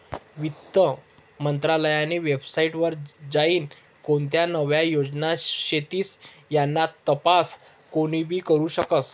वित्त मंत्रालयनी वेबसाईट वर जाईन कोणत्या नव्या योजना शेतीस याना तपास कोनीबी करु शकस